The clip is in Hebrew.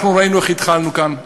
אנחנו ראינו איך התחלנו כאן.